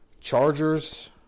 Chargers